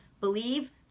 believe